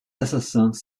assassins